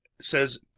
says